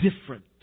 different